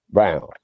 Brown